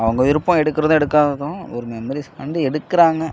அவங்க விருப்பம் எடுக்கிறதும் எடுக்காததும் ஒரு மெமரிஸுக்காண்டி எடுக்கிறாங்க